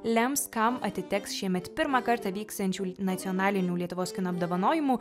lems kam atiteks šiemet pirmą kartą vyksiančių nacionalinių lietuvos kino apdovanojimų